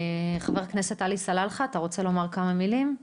חבר הכנסת עלי סלאלחה, אתה רוצה לומר כמה מילים?